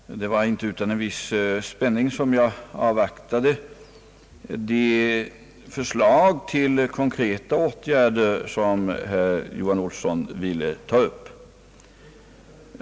Herr talman! Det var inte utan en viss spänning som jag avvaktade de förslag till konkreta åtgärder som herr Johan Olsson ville aktualisera.